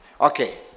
Okay